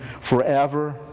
forever